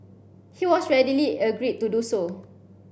he has readily agreed to do so